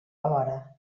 alhora